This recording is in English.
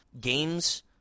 games